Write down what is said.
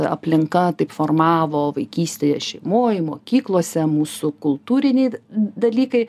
aplinka taip formavo vaikystėje šeimoj mokyklose mūsų kultūriniai dalykai